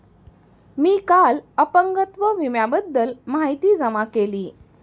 मी काल अपंगत्व विम्याबद्दल माहिती जमा केली